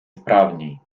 sprawniej